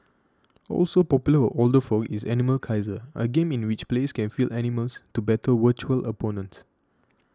also popular with older folk is Animal Kaiser a game in which players can field animals to battle virtual opponents